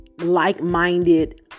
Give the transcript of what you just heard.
like-minded